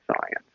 science